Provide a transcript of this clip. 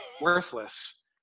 worthless